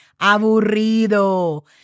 Aburrido